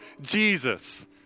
Jesus